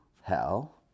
hell